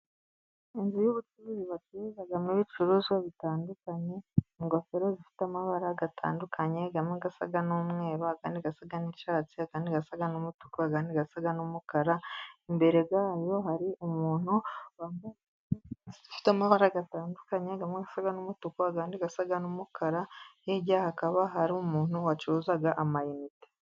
Inzu y'ubucuruzi bacururizamo ibicuruzwa bitandukanye: ingofero zifite amabara atandukanye, amwe asa n'umweru, andi asa n'icyatsi, andi asa n'umutuku, andi asa n'umukara. Imbere zayo hari umuntu wambaye ifite amabara atandukanye, amwe asa n'umutuku, andi asa n'umukara. Hirya hakaba hari umuntu ucuruza ama-inite.